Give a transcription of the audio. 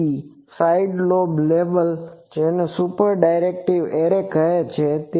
5db side lobe level જેને super directive array કહે છે